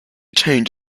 change